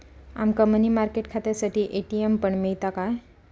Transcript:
आमका money market खात्यासाठी ATM पण मिळता काय?